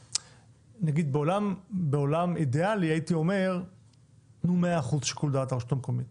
נגיד בעולם אידיאלי הייתי אומר תנו 100% שיקול דעת לרשות המקומית,